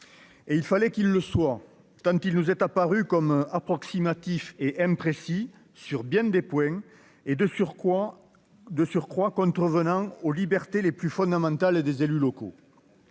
et il fallait qu'il le soit, tant qu'il nous est apparu comme approximatif et imprécis sur bien des points et de surcroît de surcroît contrevenant aux libertés les plus fondamentales et des élus locaux